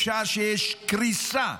בשעה שיש קריסה,